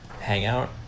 Hangout